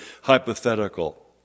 hypothetical